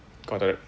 got it